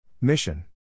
Mission